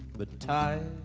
but tired